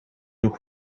nog